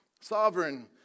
Sovereign